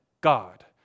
God